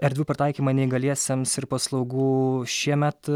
erdvių pritaikymą neįgaliesiems ir paslaugų šiemet